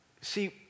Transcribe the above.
See